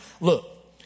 Look